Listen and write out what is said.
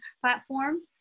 platform